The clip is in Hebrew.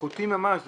איכותי ממש.